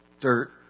dirt